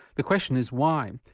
the question is why?